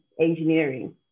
engineering